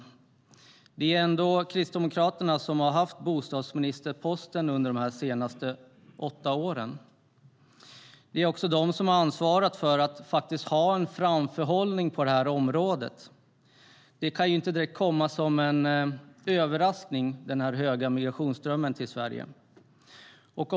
Det är trots allt Kristdemokraterna som innehaft bostadsministerposten de senaste åtta åren. Det är också de som ansvarat för framförhållningen på området. Den stora migrationsströmmen till Sverige kan inte komma som en överraskning.